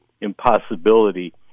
impossibility